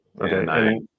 Okay